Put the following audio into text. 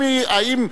האם,